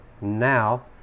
now